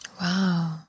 wow